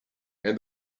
and